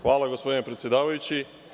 Hvala, gospodine predsedavajući.